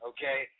Okay